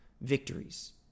victories